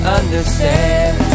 understand